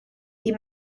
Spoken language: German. die